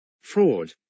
Fraud